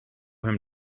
him